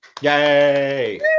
yay